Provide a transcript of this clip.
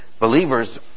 believers